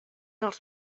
els